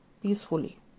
peacefully